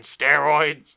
steroids